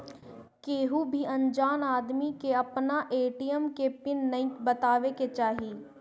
केहू भी अनजान आदमी के आपन ए.टी.एम के पिन नाइ बतावे के चाही